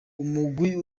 umugwi